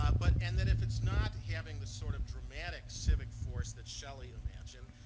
um but and that if it's not having the sort of dramatic civic force that shelley imagined,